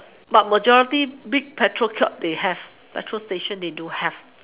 but majority big petrol kiosk they have petrol station they do have